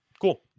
Cool